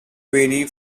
vary